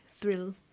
thrill